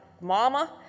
Mama